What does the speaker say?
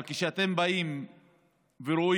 אבל כשאתם באים ורואים,